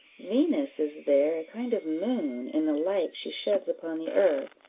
venus is there a kind of moon, in the light she sheds upon the earth,